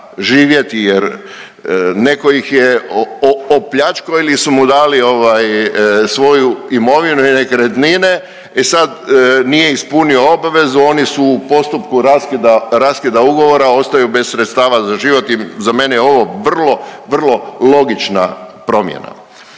živjeti jer netko ih je opljačkao ili su mu dali ovaj, svoju imovinu i nekretnine, e sad, nije ispunio obvezu, oni su u postupku raskida ugovora ostaju bez sredstava za život i za mene je ovo vrlo, vrlo logična promjena.